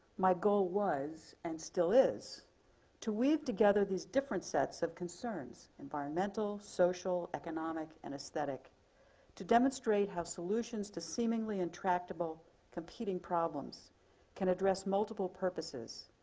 my goal was and still is to weave together these different sets of concerns environmental, social, economic, and aesthetic to demonstrate how solutions to seemingly intractable competing problems can address multiple purposes.